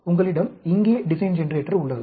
எனவே உங்களிடம் இங்கே டிசைன் ஜெனரேட்டர் உள்ளது